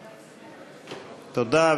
תודה.